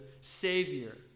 Savior